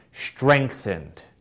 strengthened